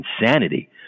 insanity